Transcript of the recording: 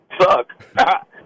Suck